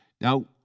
Now